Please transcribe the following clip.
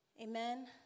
Amen